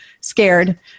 scared